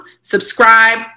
Subscribe